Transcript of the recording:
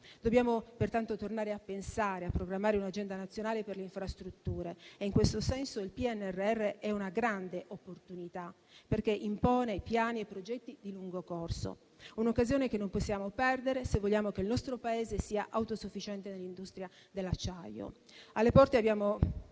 Dobbiamo pertanto tornare a pensare e programmare un'agenda nazionale per le infrastrutture. In questo senso il PNRR è una grande opportunità perché impone piani e progetti di lungo corso; un'occasione che non possiamo perdere se vogliamo che il nostro Paese sia autosufficiente nell'industria dell'acciaio. Alle porte abbiamo